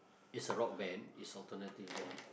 is a rock band is alternative band